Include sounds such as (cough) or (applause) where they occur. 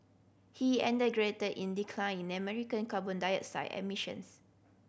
he (unintelligible) in decline in American carbon dioxide emissions